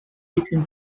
between